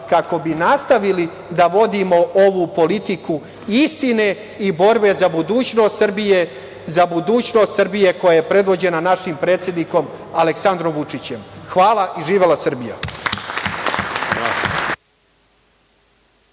kako bi nastavili da vodimo ovu politiku istine i borbe za budućnost Srbije, za budućnost Srbije koja je predvođena našim predsednikom Aleksandrom Vučićem. Hvala i živela Srbija!